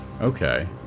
Okay